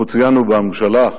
אנחנו ציינו בממשלה,